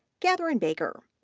kathryn baker,